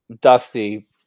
Dusty